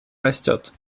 растет